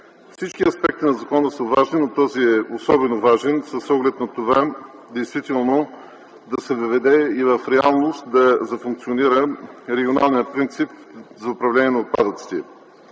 Всички аспекти на закона са важни, но този е особено важен с оглед на това действително да се въведе и в реалност да за функционира регионалният принцип за управление на отпадъците.